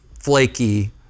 flaky